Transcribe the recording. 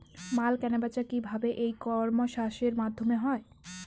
মাল কেনাবেচা কি ভাবে ই কমার্সের মাধ্যমে হয়?